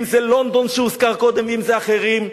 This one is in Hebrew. אם זה לונדון, שהוזכר קודם, אם זה אחרים,